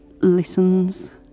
listens